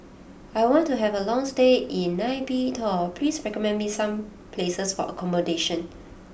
I want to have a long stay in Nay Pyi Taw please recommend me some places for accommodation